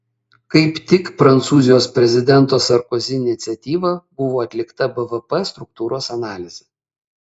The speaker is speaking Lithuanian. kaip tik prancūzijos prezidento sarkozi iniciatyva buvo atlikta bvp struktūros analizė